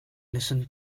listen